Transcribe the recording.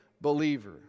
believer